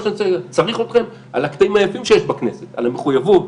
צריך אתכם על הקטעים היפים שיש בכנסת על המחויבות,